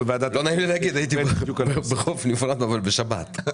לא נעים לי להגיד, הייתי בחוף נפרד אבל בשבת.